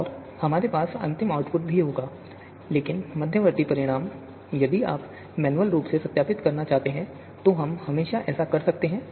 और हमारे पास अंतिम आउटपुट भी होगा लेकिन मध्यवर्ती परिणाम यदि आप मैन्युअल रूप से सत्यापित करना चाहते हैं तो हम हमेशा ऐसा कर सकते हैं